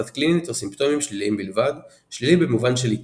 תת-קלינית או סימפטומים שליליים בלבד שלילי במובן של ליקוי,